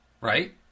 Right